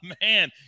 man